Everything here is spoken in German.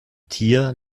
tier